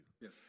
Yes